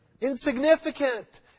insignificant